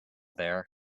there